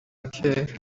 kera